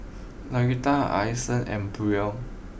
Litha Alison and Brion